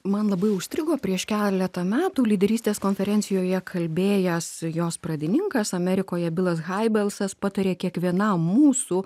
man labai užstrigo prieš keletą metų lyderystės konferencijoje kalbėjęs jos pradininkas amerikoje bilas hari balsas patarė kiekvienam mūsų